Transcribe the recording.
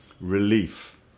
relief